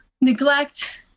neglect